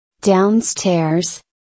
Downstairs